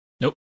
Nope